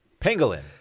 Pangolin